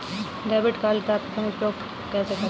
Debit card का प्रथम बार उपयोग कैसे करेंगे?